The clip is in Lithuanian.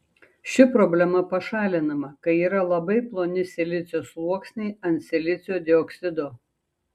ši problema pašalinama kai yra labai ploni silicio sluoksniai ant silicio dioksido